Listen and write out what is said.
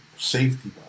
Safety